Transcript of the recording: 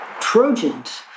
Trojans